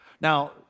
Now